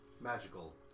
magical